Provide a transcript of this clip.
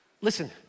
Listen